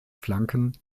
flanken